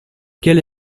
quel